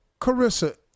Carissa